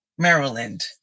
maryland